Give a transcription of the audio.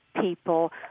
people